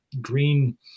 green